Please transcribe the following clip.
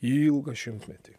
ilgą šimtmetį